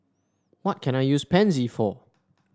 what can I use Pansy for